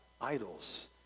idols